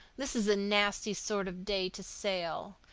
this is a nasty sort of day to sail.